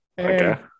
Okay